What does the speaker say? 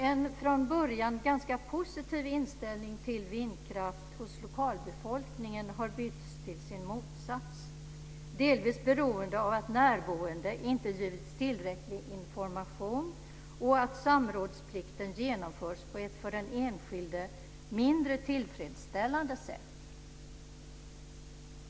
En från början ganska positiv inställning till vindkraft hos lokalbefolkningen har bytts till sin motsats, delvis beroende på att närboende inte givits tillräcklig information och att samrådsplikten genomförts på ett för den enskilde mindre tillfredsställande sätt.